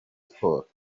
sports